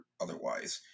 otherwise